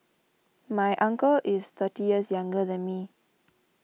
my uncle is thirty years younger than me